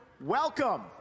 welcome